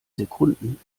sekunden